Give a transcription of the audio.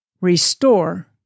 restore